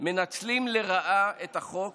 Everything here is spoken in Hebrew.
מנצלים לרעה את החוק,